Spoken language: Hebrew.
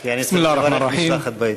כי אני צריך לקבל משלחת ביציע.